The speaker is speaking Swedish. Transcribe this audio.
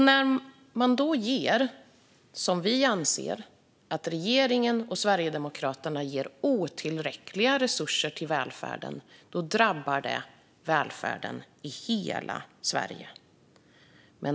När man då ger otillräckliga resurser till välfärden, vilket vi anser att regeringen och Sverigedemokraterna gör, drabbar det välfärden i hela Sverige.